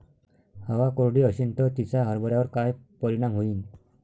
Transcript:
हवा कोरडी अशीन त तिचा हरभऱ्यावर काय परिणाम होईन?